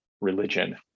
religion